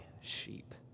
sheep